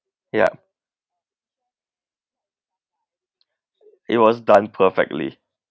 yup it was done perfectly